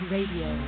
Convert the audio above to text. Radio